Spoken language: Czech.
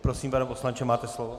Prosím, pane poslanče, máte slovo.